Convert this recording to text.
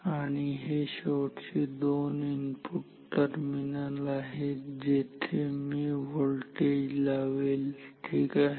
आणि हे शेवटचे दोन इनपुट टर्मिनल आहेत जेथे मी व्होल्टेज लावेल ठीक आहे